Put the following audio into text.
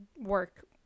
work